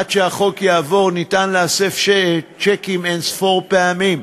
עד שהחוק יעבור, אפשר להסב צ'קים אין-ספור פעמים: